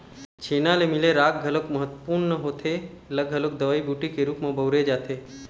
छेना ले मिले राख घलोक महत्वपूर्न होथे ऐला घलोक दवई बूटी के रुप म बउरे जाथे